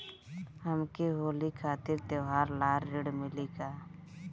हमके होली खातिर त्योहार ला ऋण मिली का?